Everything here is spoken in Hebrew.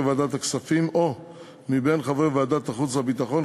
ועדת הכספים או מבין חברי ועדת החוץ והביטחון,